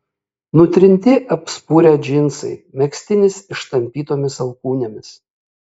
nutrinti apspurę džinsai megztinis ištampytomis alkūnėmis